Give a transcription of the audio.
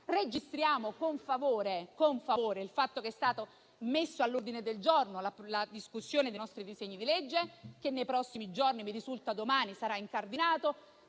Registriamo con favore il fatto che sia stata messa all'ordine del giorno la discussione dei nostri disegni di legge, che mi risulta domani saranno incardinati.